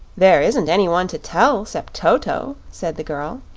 there isn't any one to tell, cept toto, said the girl.